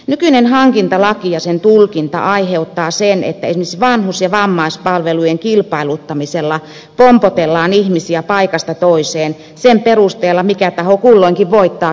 nykyinen hankintalaki ja sen tulkinta aiheuttaa sen että esimerkiksi vanhus ja vammaispalvelujen kilpailuttamisella pompotellaan ihmisiä paikasta toiseen sen perusteella mikä taho kulloinkin voittaa kilpailutuksen